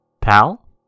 pal